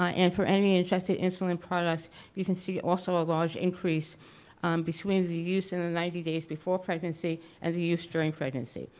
um and for any injected insulin product you can see also a large increase um between the use in the ninety days before pregnancy and the use during pregnancy.